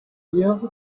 years